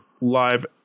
live